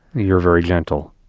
you're very gentle.